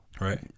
right